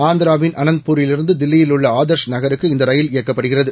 ஆந்திராவின் அனந்த்பூரிலிருந்து தில்லியில் உள்ள ஆதர்ஷ் நகருக்கு இந்த ரயில் இயக்கப்படுகிறது